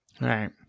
Right